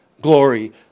glory